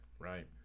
right